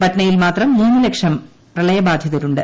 പട്നയിൽ മാത്രം മൂന്ന് ലക്ഷം പ്രളയബാധിതരുണ്ട്